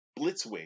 Blitzwing